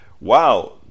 Wow